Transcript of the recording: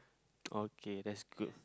okay that's good